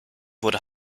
wurde